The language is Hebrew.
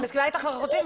אני מסכימה איתך לחלוטין,